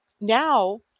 now